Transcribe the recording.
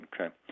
Okay